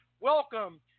Welcome